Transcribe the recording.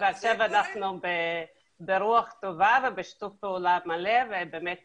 ועכשיו אנחנו ברוח טובה ובשיתוף פעולה מלא ובאמת תודה.